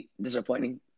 disappointing